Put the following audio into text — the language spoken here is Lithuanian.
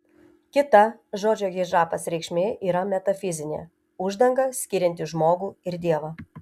kita žodžio hidžabas reikšmė yra metafizinė uždanga skirianti žmogų ir dievą